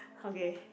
okay